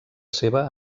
seva